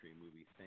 movie